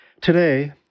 Today